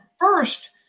first